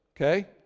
okay